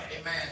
Amen